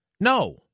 No